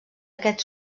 aquest